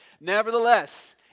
Nevertheless